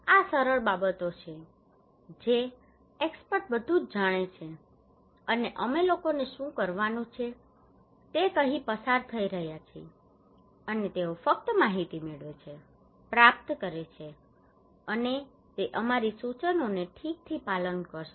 આ સરળ બાબતો છે જે એક્ષ્પર્ત બધું જ જાણે છે અને અમે લોકોને શું કરવાનું છે તે કહીને પસાર થઈ રહ્યા છીએ અને તેઓ ફક્ત માહિતી મેળવે છે પ્રાપ્ત કરે છે અને તે અમારી સૂચનાઓને ઠીકથી પાલન કરશે